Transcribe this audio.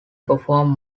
perform